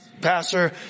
pastor